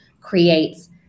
creates